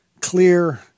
clear